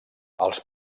els